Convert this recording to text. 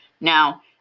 Now